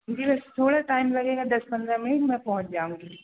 जी बस थोड़ा टाइम लगेगा दस पंद्रह मिनिट में पहुँच जाऊँगी